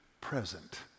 present